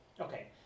Okay